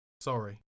Sorry